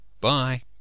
Bye